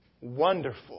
Wonderful